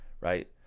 right